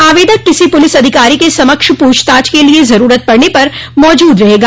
आवेदक किसी पुलिस अधिकारी के समक्ष पूछताछ के लिए जरूरत पड़ने पर मौजूद रहेगा